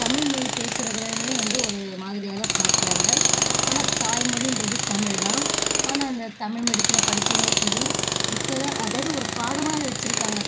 தமிழ்மொழி பேசுறவங்கங்களை வந்து ஒரு மாதிரியாக தான் பார்க்குறாங்க ஆனால் தாய்மொழின்றது தமிழ்தான் ஆனால் இந்த தமிழ் மீடியத்தில் படித்தவங்க சரி இப்போ தான் அதாவது ஒரு பாடமாக வைச்சிருக்காங்க